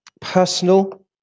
personal